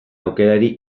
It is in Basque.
aukerari